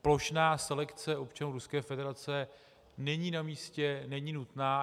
Plošná selekce občanů Ruské federace není namístě, není nutná.